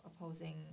opposing